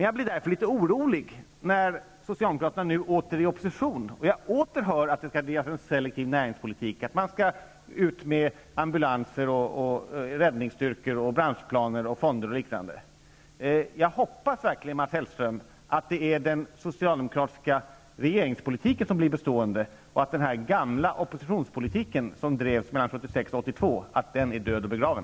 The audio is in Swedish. Jag blir därför litet orolig när socialdemokraterna nu åter är i opposition och jag åter hör att det skall bedrivas en selektiv näringspolitik, att man skall skicka ut ambulanser och räddningsstyrkor och satsa på branschplaner, fonder och liknande. Jag hoppas verkligen, Mats Hellström, att det är den socialdemokratiska regeringspolitiken som blir bestående och att den gamla oppositionspolitiken, som drevs mellan 1976 och 1982, är död och begraven.